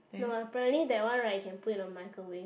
no apparently that one right can put in a microwave